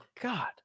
God